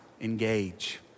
engage